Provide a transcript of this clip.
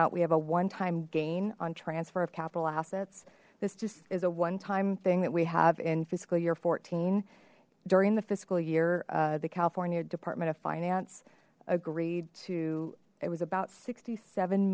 out we have a one time gain on transfer of capital assets this just is a one time thing that we have in fiscal year fourteen during the fiscal year the california department of finance agreed to it was about sixty seven